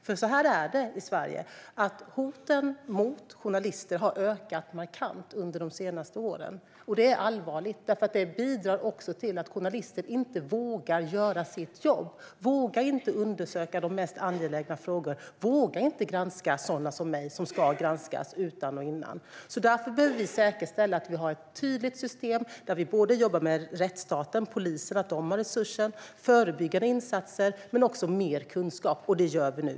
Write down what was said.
Det är nämligen så här i Sverige: Hoten mot journalister har under de senaste åren ökat markant. Detta är allvarligt, för det bidrar också till att journalister inte vågar göra sitt jobb. De vågar inte undersöka de mest angelägna frågorna eller granska sådana som mig, som ska granskas utan och innan. Därför behöver vi säkerställa att det finns ett tydligt system där vi jobbar både med rättsstaten, polisen, så att det finns resurser där och med förebyggande insatser. Även mer kunskap behövs. Detta gör vi nu.